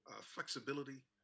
flexibility